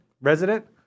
Resident